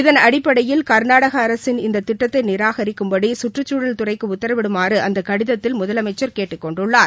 இதன் அடிப்படையில் கா்நாடக அரசின் இந்த திட்டத்தை நிராகிக்குப்படி கற்றுச்சூழல் துறைக்கு உத்தரவிடுமாறு அந்த கடிதத்தில் முதலமைச்சர் கேட்டுக் கொண்டுள்ளார்